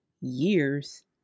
years